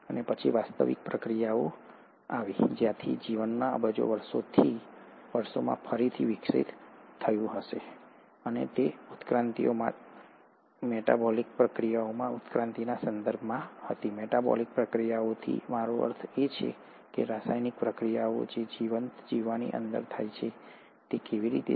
અને પછી વાસ્તવિક પ્રક્રિયા આવી જ્યાંથી જીવન અબજો વર્ષોમાં ફરીથી વિકસિત થતું ગયું અને આ ઉત્ક્રાંતિઓ મેટાબોલિક પ્રતિક્રિયાઓમાં ઉત્ક્રાંતિના સંદર્ભમાં હતી મેટાબોલિક પ્રતિક્રિયાઓથી મારો અર્થ શું છે તે રાસાયણિક પ્રતિક્રિયાઓ છે જે જીવંત જીવની અંદર થાય છે તે કેવી રીતે થાય છે